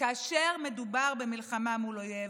כאשר מדובר במלחמה מול אויב.